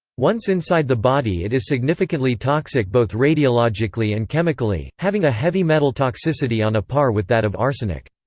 once inside the body it is significantly toxic both radiologically and chemically, having a heavy metal toxicity on a par with that of arsenic.